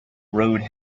road